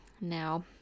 Now